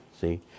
see